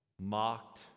mocked